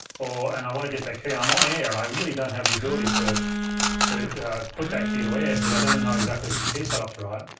ah and i want to get that key, and i'm on air and i really don't have the ability to to put that key to air because i don't know exactly if the key setup's right,